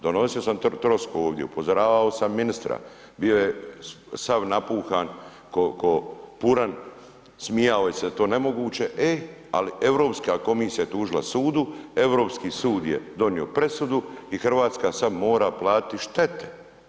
Donosio sam trosku ovdje, upozoravao sam ministra, bio je sav napuhan ko puran, smijao se to nemoguće, e, ali Europska komisija je tužila sudu, europski sud je donio presudu i Hrvatska sada mora platiti štete.